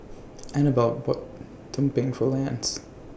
Anabelle bought Tumpeng For Lance